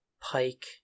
pike